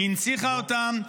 היא הנציחה אותם,